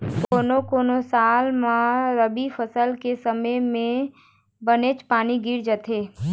कोनो कोनो साल म रबी फसल के समे म बनेच पानी गिर जाथे